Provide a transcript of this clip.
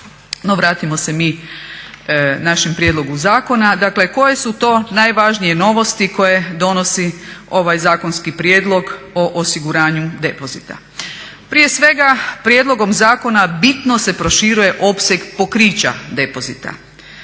vratimo se mi našem prijedlogu zakona, dakle koje su to najvažnije novosti koje donosi ovaj zakonski prijedlog o osiguranju depozita. Prije svega, prijedlogom zakona bitno se proširuje opseg pokrića depozita.